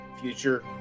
future